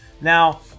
Now